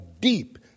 deep